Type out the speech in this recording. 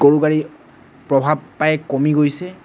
গৰু গাড়ী প্ৰভাৱ প্ৰায় কমি গৈছে